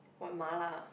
what ma-la ah